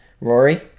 Rory